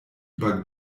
über